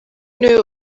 niwe